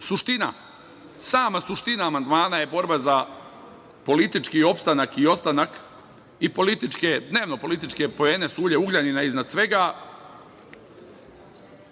suština, sama suština amandmana je borba za politički ostanak i opstanak i dnevno političke poene Sulje Ugljanina iznad svega,